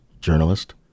journalist